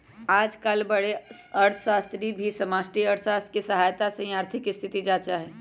आजकल बडे अर्थशास्त्री भी समष्टि अर्थशास्त्र के सहायता से ही आर्थिक स्थिति जांचा हई